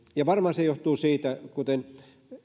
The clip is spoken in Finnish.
ja varmaan se johtuu siitä kuten